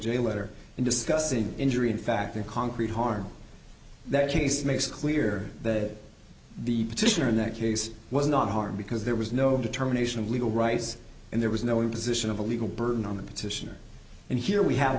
j letter in discussing injury in fact a concrete harm that case makes clear that the petitioner in that case was not harmed because there was no determination of legal rights and there was no imposition of a legal burden on the petitioner and here we have